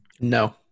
No